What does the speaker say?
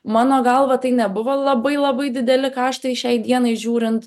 mano galva tai nebuvo labai labai dideli kaštai šiai dienai žiūrint